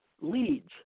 leads